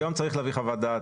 היום צריך להביא חוות דעת.